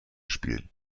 spielen